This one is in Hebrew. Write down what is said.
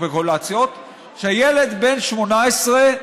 שילד בן 18,